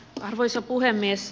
arvoisa puhemies